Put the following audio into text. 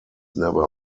never